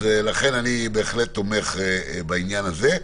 ולכן אני בהחלט תומך בעניין הזה.